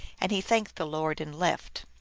and he thanked the lord, and left.